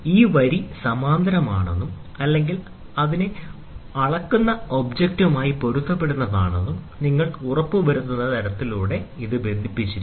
ഈ വരി സമാന്തരമാണെന്നും അല്ലെങ്കിൽ അളക്കുന്ന ഒബ്ജക്റ്റുമായി പൊരുത്തപ്പെടുന്നതാണെന്നും നിങ്ങൾ ഉറപ്പുവരുത്തുന്ന തരത്തിൽ ഇത് ഇതിലൂടെ ബന്ധിപ്പിച്ചിരിക്കുന്നു